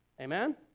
Amen